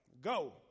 Go